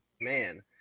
man